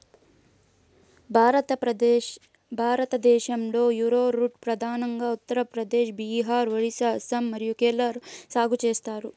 భారతదేశంలో, యారోరూట్ ప్రధానంగా ఉత్తర ప్రదేశ్, బీహార్, ఒరిస్సా, అస్సాం మరియు కేరళలో సాగు చేస్తారు